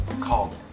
Called